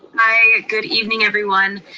good evening everyone.